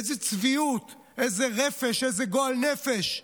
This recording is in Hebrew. איזו צביעות, איזה רפש, איזה גועל נפש.